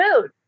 mood